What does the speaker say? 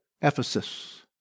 Ephesus